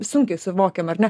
sunkiai suvokiam ar ne